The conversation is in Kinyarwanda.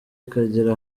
ikagira